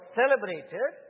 celebrated